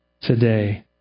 today